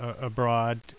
abroad